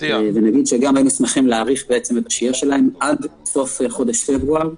ונגיד שגם היינו שמחים להאריך את השהייה שלהם עד סוף חודש פברואר,